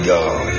God